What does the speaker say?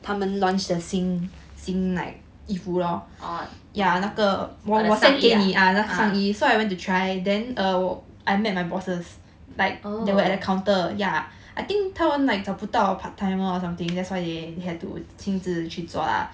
oh the 上衣 ah uh oh